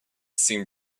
seemed